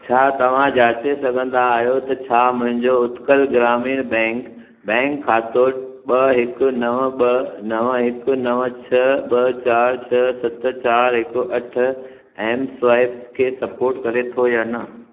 छा तव्हां जाचे सघंदा आहियो त छा मुंहिंजो उत्कल ग्रामीण बैंक बैंक खातो ॿ हिकु नव ॿ नव हिकु नव छह ॿ चार छह सत चार हिकु अठ एम स्वाइप्स खे सपोर्ट करे थो या न